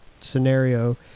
scenario